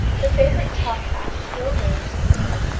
the favourite top-hat still reigned supreme,